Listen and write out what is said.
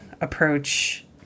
approach